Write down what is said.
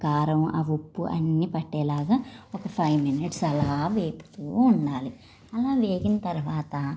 ఆ కారం ఆ ఉప్పు అన్ని పట్టేలాగా ఒక ఫైవ్ మినట్స్ అలా వేపుతూ ఉండాలి అలా వేగిన తరువాత